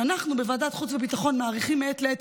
ואנחנו בוועדת החוץ והביטחון מאריכים מעת לעת